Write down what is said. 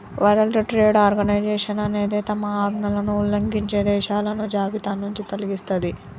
world Trade Organization అనేది తమ ఆజ్ఞలను ఉల్లంఘించే దేశాలను జాబితానుంచి తొలగిస్తది